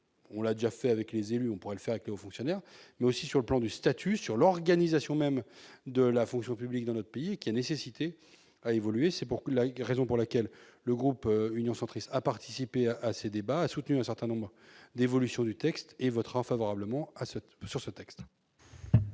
on l'a déjà fait avec les élus, on pourrait le faire et aux fonctionnaires, mais aussi sur le plan du statut, sur l'organisation même de la fonction publique dans notre pays qui a nécessité à évoluer, c'est pour que la raison pour laquelle le groupe Union centriste a participé à ces débats soutenu un certain nombre d'évolution du texte et votera favorablement à cette